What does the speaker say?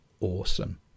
awesome